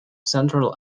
central